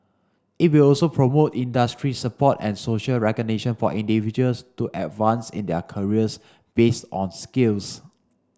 it will also promote industry support and social recognition for individuals to advance in their careers based on skills